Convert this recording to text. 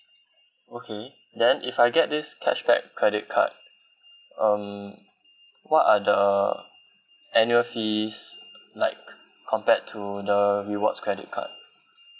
okay then if I get this cashback credit card um what are the annual fees like compared to the rewards credit card